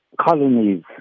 colonies